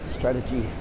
Strategy